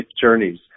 journeys